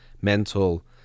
mental